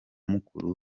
mukuru